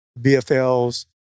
BFLs